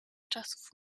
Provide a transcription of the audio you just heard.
czasów